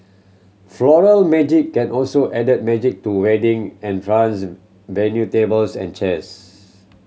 Floral Magic can also added magic to wedding entrance venue tables and chairs